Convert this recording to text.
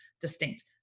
distinct